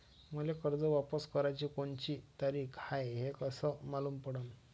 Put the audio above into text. मले कर्ज वापस कराची कोनची तारीख हाय हे कस मालूम पडनं?